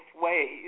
ways